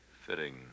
fitting